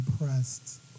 impressed